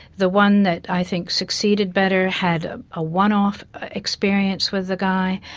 the one that i think succeeded better had a ah one-off experience with the guy,